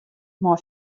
mei